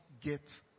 get